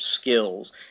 skills